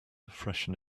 freshen